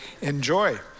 Enjoy